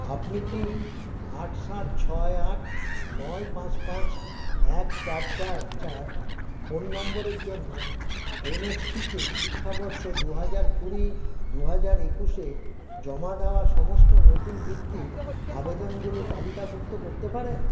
আপনি কি আট সাত ছয় আট নয় পাঁচ পাঁচ এক চার চার চার ফোন নম্বরের জন্য এনএসপিতে শিক্ষাবর্ষ দু হাজার কুড়ি দু হাজার একুশে জমা দেওয়া সমস্ত নতুন বৃত্তির আবেদনগুলো তালিকাভুক্ত করতে পারেন